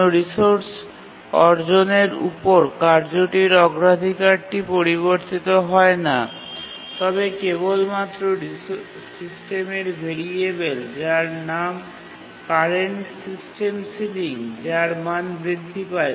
কোনও রিসোর্স অর্জনের উপর কার্যটির অগ্রাধিকারটি পরিবর্তিত হয় না তবে কেবলমাত্র সিস্টেমের ভেরিয়েবল যার নাম কারেন্ট সিস্টেম সিলিং তার মান বৃদ্ধি পায়